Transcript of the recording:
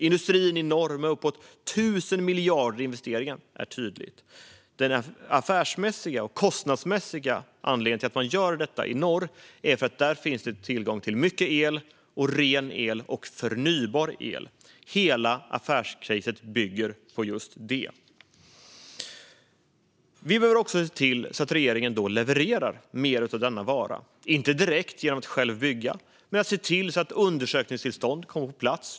Industrin i norr, med uppemot 1 000 miljarder i investeringar, är ett tydligt exempel på det. Den affärsmässiga och kostnadsmässiga anledningen till att man gör detta i norr är att där finns tillgång till mycket el, ren el och förnybar el. Hela detta affärs-case bygger på just detta. Vi behöver också se till att regeringen levererar mer av denna vara, inte direkt genom att själv bygga men genom att se till att undersökningstillstånd kommer på plats.